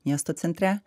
miesto centre